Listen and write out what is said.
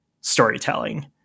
storytelling